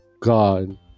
God